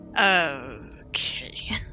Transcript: Okay